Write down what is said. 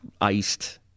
iced